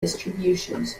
distributions